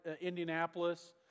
Indianapolis